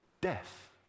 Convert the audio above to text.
death